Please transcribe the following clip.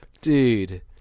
dude